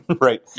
right